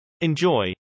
Enjoy